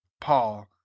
Paul